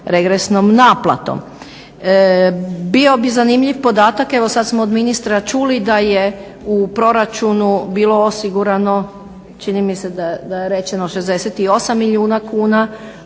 regresnom naplatom. Bio bi zanimljiv podatak, evo sad smo od ministra čuli da je u proračunu bilo osigurano čini mi se da je rečeno 68 milijuna kuna